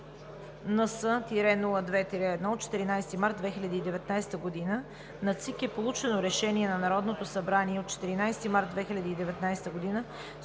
НС-02-1 от 14 март 2019 г. на ЦИК е получено решение на Народното събрание от 14 март 2019 г.,